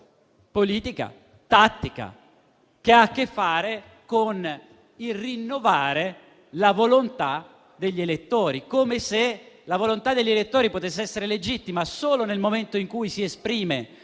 politica e tattica che ha a che fare con il rinnovare la volontà degli elettori. È come se la volontà degli elettori potesse essere legittima solo nel momento in cui si esprime